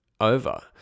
over